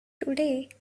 today